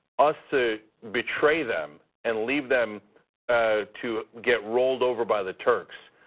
us to betray them and leave them ah to get rolled over by the turks,